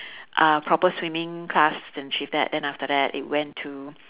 uh proper swimming class and achieve that and after that it went to